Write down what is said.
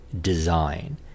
design